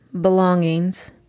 belongings